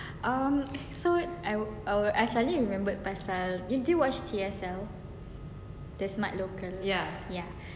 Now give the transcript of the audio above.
um so I wi~ I suddenly remember pasal you did you watch T_S_L the smart local ya